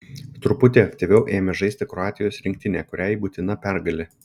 truputį aktyviau ėmė žaisti kroatijos rinktinė kuriai būtina pergalė